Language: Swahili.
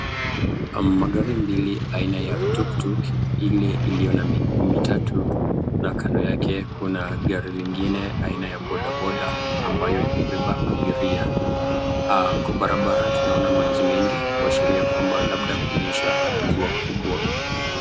Magari mbili aina ya tuktuk ile iliyo na miguu mitatu na kando yake kuna gari lingine aina ya boda boda ambayo imebeba abiria. Kwa barabara tunaona maji mengi kuashiria kwamba labda kulinyesha mvua kubwa.